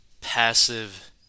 passive